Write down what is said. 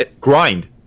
grind